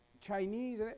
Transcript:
Chinese